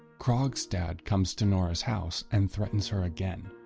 krogstad comes to nora's house and threatens her again.